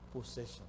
possession